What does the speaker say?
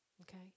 okay